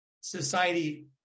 society